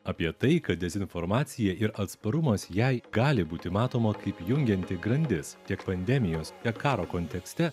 apie tai kad dezinformacija ir atsparumas jai gali būti matoma kaip jungianti grandis tiek pandemijos tiek karo kontekste